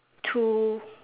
two